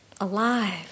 alive